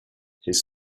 his